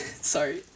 sorry